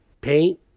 paint